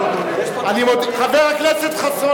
יש פה, חבר הכנסת חסון.